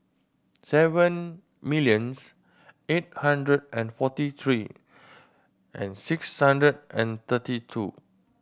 seven millions eight hundred and forty three and six hundred and thirty two